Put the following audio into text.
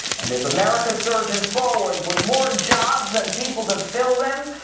and as america surges forward with more jobs than people to fill them,